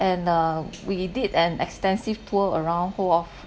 and uh we did an extensive tour around whole of